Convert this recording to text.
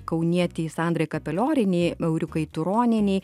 kaunietei sandrai kapeliorienei eurikai turonienei